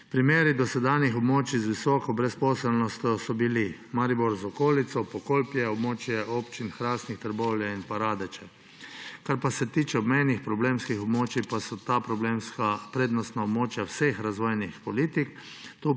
Primeri dosedanjih območij z visoko brezposelnostjo so bili: Maribor z okolico, Pokolpje, območje občin Hrastnik, Trbovlje in Radeče. Kar se tiče obmejnih problemskih območij, pa so ta problemska območja prednostna območja vseh razvojnih politik.